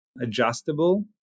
adjustable